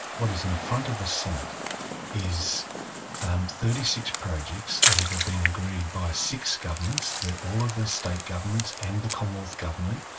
what is in front of the senate is thirty six projects that have been agreed by six governments, all of the state governments and the commonwealth government,